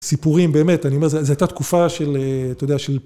סיפורים באמת, אני אומר, זה הייתה תקופה של, אתה יודע, של...